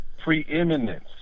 preeminence